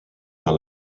par